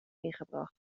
ingebracht